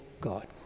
God